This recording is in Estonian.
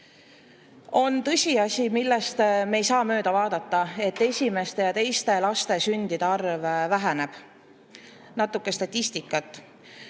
Tõsiasi, millest me ei saa mööda vaadata, on see, et esimeste ja teiste laste sündide arv väheneb. Natuke statistikat.